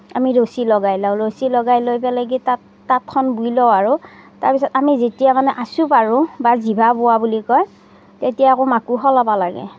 আমি ৰছী লগাই লওঁ ৰছী লগাই লৈ তাঁত তাঁতখন বৈ লওঁ আৰু তাৰপিছত আমি যেতিয়ামানে আছু পাৰোঁঁ বা জিভা বোৱা বুলি কয় তেতিয়া আকৌ মাকো সলাব লাগে